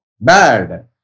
Bad